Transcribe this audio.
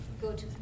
Good